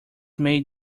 made